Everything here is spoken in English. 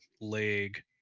leg